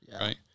Right